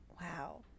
wow